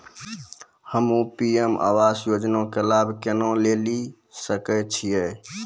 हम्मे पी.एम आवास योजना के लाभ केना लेली सकै छियै?